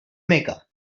mecca